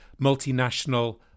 multinational